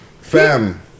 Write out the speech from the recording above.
Fam